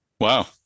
Wow